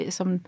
som